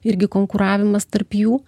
irgi konkuravimas tarp jų